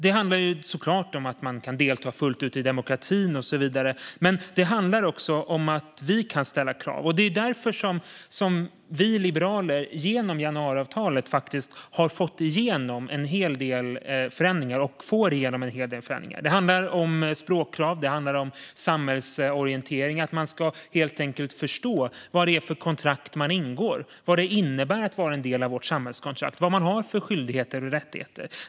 Det handlar såklart om att kunna delta fullt ut i demokratin och så vidare, men det handlar också om att vi kan ställa krav. Det är därför vi liberaler genom januariavtalet faktiskt har fått och får igenom en hel del förändringar. Det handlar om språkkrav och samhällsorientering, det vill säga att man helt enkelt ska förstå vad det är för kontrakt man ingår - vad det innebär att vara en del av vårt samhällskontrakt och vad man har för skyldigheter och rättigheter.